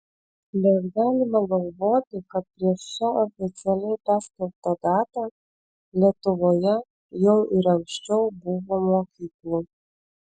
bet galima galvoti kad prieš šią oficialiai paskelbtą datą lietuvoje jau ir anksčiau buvo mokyklų